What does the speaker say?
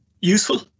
useful